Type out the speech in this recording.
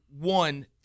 one